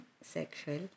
sexual